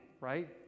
right